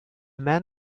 man